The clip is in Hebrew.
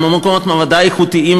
גם מקומות עבודה איכותיים,